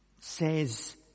says